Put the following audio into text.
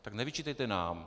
Tak nevyčítejte nám.